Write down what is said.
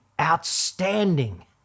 outstanding